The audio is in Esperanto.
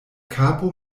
kapo